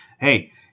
hey